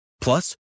Plus